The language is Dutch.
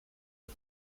het